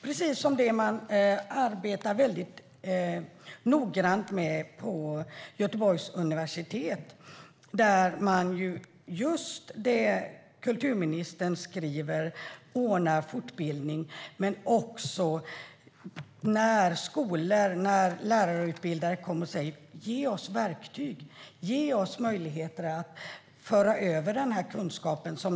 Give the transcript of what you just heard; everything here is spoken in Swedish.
Dessa frågor arbetar man noggrant med på Göteborgs universitet. Där ordnar man fortbildning - just det som kulturministern tog upp - åt skolor och lärarutbildare som vill ha verktyg för att föra över den kunskapen.